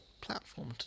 platform